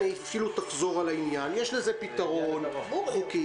יש לזה פתרון חוקי.